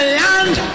land